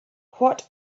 what